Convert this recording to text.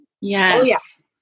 Yes